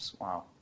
Wow